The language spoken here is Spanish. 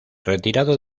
retirado